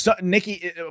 Nikki